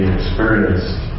experienced